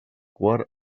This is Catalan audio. quart